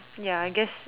ya I guess